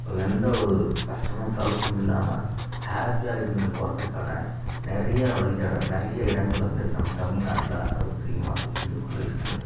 ஒரு எந்த ஒரு கஷ்டமும் சலிப்பும் இல்லாமல் ஹேப்பியாக இருந்துவிட்டு போகிறத்துக்கான நிறையா வழிதடம் நிறையா இடங்கள் வந்து நம்ம தமிழ்நாட்டில் அளவுக்கு அதிகமாக இருந்து கொண்டு இருக்கிறது